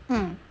mm